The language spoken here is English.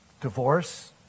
Divorce